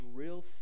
real